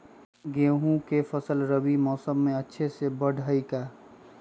गेंहू के फ़सल रबी मौसम में अच्छे से बढ़ हई का?